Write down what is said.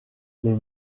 les